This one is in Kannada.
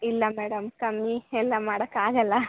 ಇಲ್ಲ ಮೇಡಮ್ ಕಮ್ಮಿ ಎಲ್ಲ ಮಾಡೋಕ್ಕಾಗಲ್ಲ